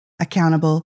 accountable